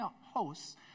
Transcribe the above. hosts